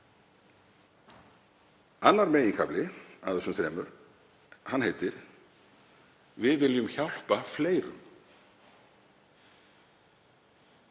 Annar meginkafli af þessum þremur heitir: Við viljum hjálpa fleirum.